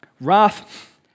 wrath